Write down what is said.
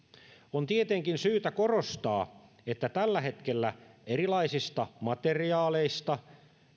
on tietenkin syytä korostaa että tällä hetkellä erilaisista materiaaleista